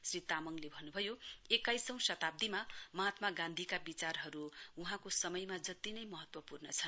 श्री तामाङले भन्नु भयो एकाइसौं शताब्दीमा महात्मा गान्धीका विचारहरू वहाँको समय जति नै महत्वपूर्ण छन्